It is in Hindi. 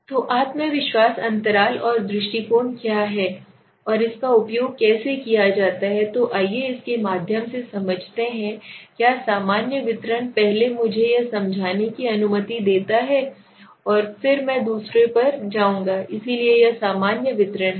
तो आत्मविश्वास अंतराल और दृष्टिकोण क्या है और इसका उपयोग कैसे किया जाता है तो आइए इसके माध्यम से समझते हैं क्या सामान्य वितरण पहले मुझे यह समझाने की अनुमति देता है और फिर मैं दूसरे पर जाऊंगा इसलिए यह सामान्य वितरण हैं